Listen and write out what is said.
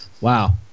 Wow